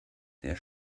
der